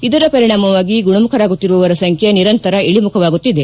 ಇದರ ಪರಿಣಾಮವಾಗಿ ಗುಣಮುಖರಾಗುತ್ತಿರುವವರ ಸಂಖ್ಯೆ ನಿರಂತರ ಇಳಿಮುಖವಾಗುತ್ತಿದೆ